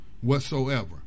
whatsoever